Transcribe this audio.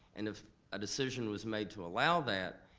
and if a decision was made to allow that,